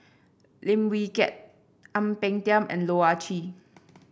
Lim Wee Kiak Ang Peng Tiam and Loh Ah Chee